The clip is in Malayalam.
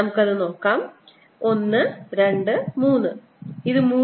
നമുക്ക് അത് നോക്കാം 1 2 3 ഇത് 3